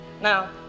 Now